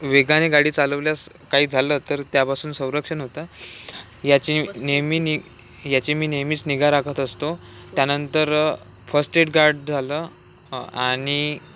वेगाने गाडी चालवल्यास काही झालं तर त्यापासून संरक्षण होतं याची नेहमी नि याची मी नेहमीच निगा राखत असतो त्यानंतर फस्ट एड गार्ड झालं आणि